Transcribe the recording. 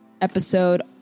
episode